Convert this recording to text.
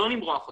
לא למרוח אותנו,